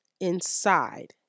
inside